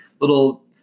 little